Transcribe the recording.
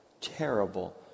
terrible